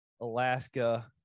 alaska